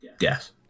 Yes